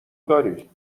درای